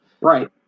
right